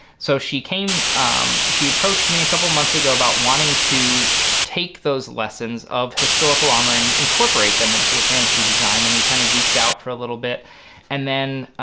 so she came she approached me a couple months ago about wanting to take those lessons of historical armor and incorporate them into a fantasy design and we kind of geeked out for a little bit and then